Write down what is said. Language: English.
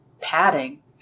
padding